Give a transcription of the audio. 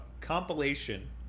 compilation